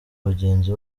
bagenzi